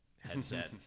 headset